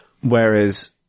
Whereas